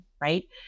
right